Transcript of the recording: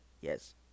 Yes